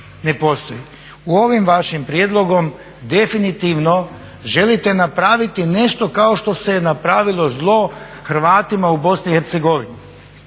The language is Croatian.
Ovim vašim prijedlogom definitivno želite napraviti nešto kao što se napravilo zlo Hrvatima u BiH.